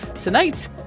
Tonight